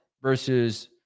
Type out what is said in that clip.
versus